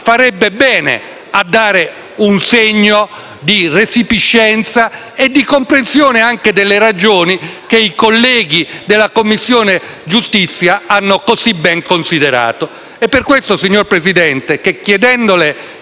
farebbe bene a dare un segno di resipiscenza e di comprensione anche delle ragioni che i colleghi della Commissione giustizia hanno così ben considerato. È per questo, signor Presidente, che chiedendole